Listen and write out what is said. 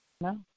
No